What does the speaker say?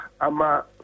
ama